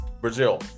Brazil